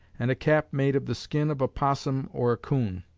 and a cap made of the skin of a possum or a coon.